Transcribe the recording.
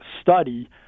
study